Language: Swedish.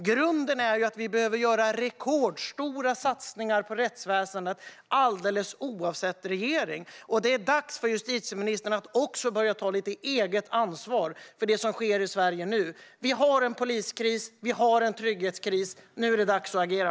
Grunden är att vi behöver göra rekordstora satsningar på rättsväsendet, alldeles oavsett regering. Det är dags för justitieministern att börja ta eget ansvar för det som nu sker i Sverige. Vi har en poliskris. Vi har en trygghetskris. Nu är det dags att agera.